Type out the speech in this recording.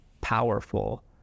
powerful